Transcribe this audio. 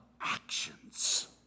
actions